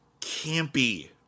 campy